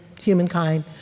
humankind